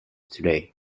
today